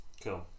Cool